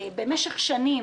במשך שנים